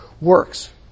works